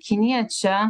kinija čia